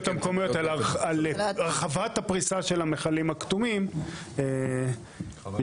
המקומיות על הרחבת הפריסה של המכלים הכתומים מתנגדים.